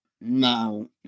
No